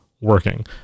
working